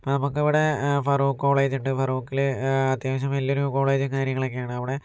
നമുക്ക് ഇവിടെ ഫറൂഖ് കോളേജുണ്ട് ഫറോക്കിൽ അത്യാവശ്യം വലിയൊരു കോളേജും കാര്യങ്ങളൊക്കെ ആണ് അവിടെ